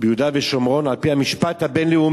ביהודה ושומרון, על-פי המשפט הבין-לאומי,